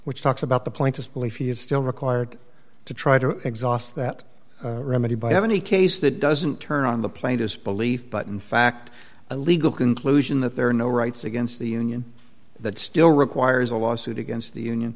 which talks about the plaintiff belief he is still required to try to exhaust that remedy by have any case that doesn't turn on the plain disbelief but in fact a legal conclusion that there are no rights against the union that still requires a lawsuit against the union